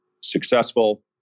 successful